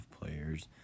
players